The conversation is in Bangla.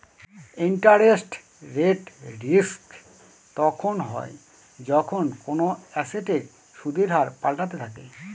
ইন্টারেস্ট রেট রিস্ক তখন হয় যখন কোনো এসেটের সুদের হার পাল্টাতে থাকে